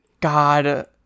God